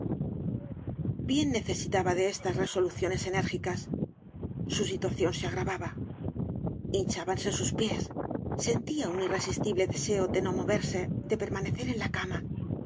bien necesitaba de estas resoluciones enérgi cas su situación se agravaba hinchábanse sus pies sentía un irresistible deseo de no moverse de permanecer en la cama